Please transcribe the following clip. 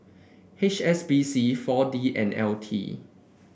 H S B C Four D and L T